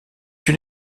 une